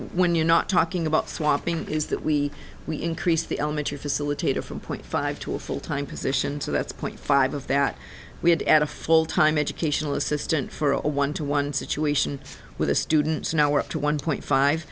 when you're not talking about swapping is that we we increase the elementary facilitator from point five to a full time position so that's point five of that we had at a full time educational assistant for a one to one situation with the students now we're up to one point five